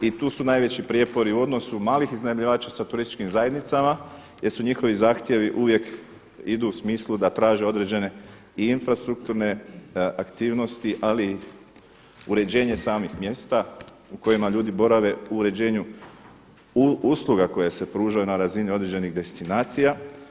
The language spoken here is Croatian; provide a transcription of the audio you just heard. I tu su najveći prijepori u odnosu malih iznajmljivača sa turističkim zajednicama jer su njihovi zahtjevi uvijek idu u smislu da traže određene i infrastrukturne aktivnosti ali i uređenje samih mjesta u kojima ljudi borave u uređenju usluga koje se pružaju na razini određenih destinacija.